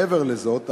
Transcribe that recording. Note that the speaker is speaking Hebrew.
מעבר לזאת,